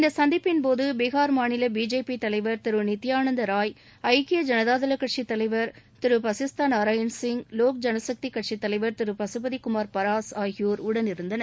இந்த சந்திப்பின் போது பீகாா மாநில பிஜேபி தலைவர் திரு நித்தியானந்த ராய் ஐக்கிய ஜனதாதளம் கட்சி தலைவர் பசிஸ்தா நாராயன்சிங் லோக் ஜனசக்தி கட்சி தலைவர் திரு பகபதி குமார் பராஸ் ஆகியோர் உடன் இருந்தனர்